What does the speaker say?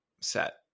set